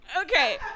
Okay